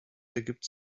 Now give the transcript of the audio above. ergibt